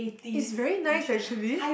it's very nice actually